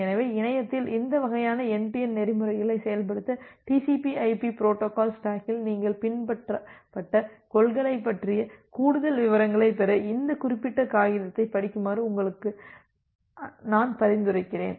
எனவே இணையத்தில் இந்த வகையான என்டு டு என்டு நெறிமுறைகளை செயல்படுத்த டிசிபிஐபிTCPIP பொரோட்டோகால் ஸ்டாக்கில் நீங்கள் பின்பற்றப்பட்ட கொள்கைகளைப் பற்றிய கூடுதல் விவரங்களைப் பெற இந்த குறிப்பிட்ட காகிதத்தினைப் படிக்குமாறு உங்கள் அனைவருக்கும் நான் பரிந்துரைக்கிறேன்